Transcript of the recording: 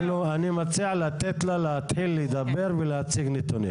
אני מציע לתת לה להתחיל לדבר ולהציג נתונים.